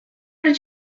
did